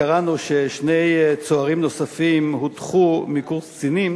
קראנו ששני צוערים נוספים הודחו מקורס קצינים